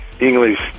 English